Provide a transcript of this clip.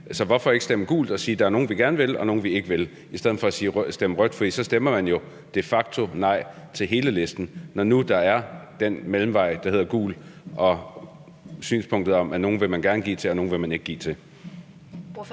Så hvorfor ikke stemme gult og sige: Der er nogle, vi gerne vil, og nogle, vi ikke vil – i stedet for at stemme rødt, for så stemmer man jo de facto nej til hele listen, når nu der er den mellemvej, der hedder gult, og synspunktet om, at nogle vil man gerne give til, og nogle vil man ikke give til?